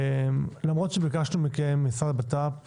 למרות שביקשתם לקיים המשרד לבט"פ,